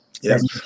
Yes